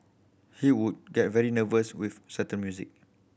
he would get very nervous with certain music